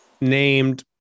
named